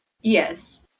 Yes